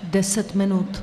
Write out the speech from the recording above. Deset minut.